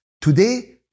today